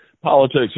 politics